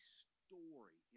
story